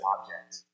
object